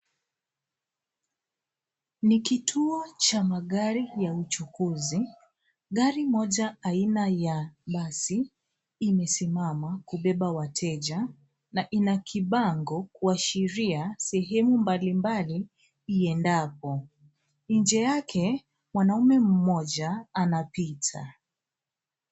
Ni kituo cha magari ya uchukuzi. Gari moja aina ya basi imesimama kubeba wateja na ina kibango kuashiria sehemu mbalimbali iendapo. Nje yake mwanaume mmoja anapita.